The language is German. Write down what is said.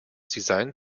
design